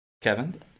Kevin